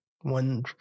One